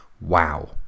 wow